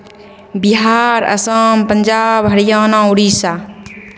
Bihar Assam Punjab Haryana Orissa